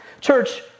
church